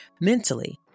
mentally